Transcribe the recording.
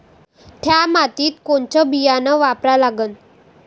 थ्या मातीत कोनचं बियानं वापरा लागन?